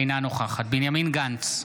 אינה נוכחת בנימין גנץ,